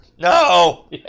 No